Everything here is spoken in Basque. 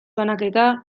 banaketa